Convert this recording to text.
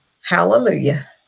Hallelujah